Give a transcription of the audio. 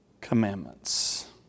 commandments